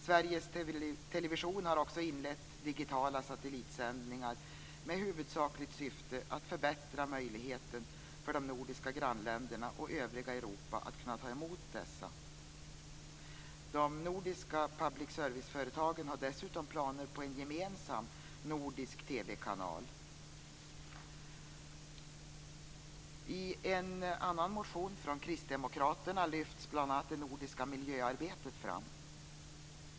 Sveriges television har också inlett digitala satellitsändningar med huvudsakligt syfte att förbättra möjligheten för de nordiska grannländerna och övriga Europa att kunna ta emot dessa. De nordiska public service-företagen har dessutom planer på en gemensam nordisk TV-kanal. I en motion från Kristdemokraterna lyfts bl.a. det nordiska miljöarbetet fram.